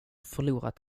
förlorat